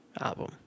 album